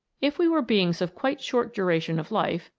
if we were beings of quite short duration of life,